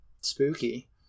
Spooky